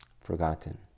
forgotten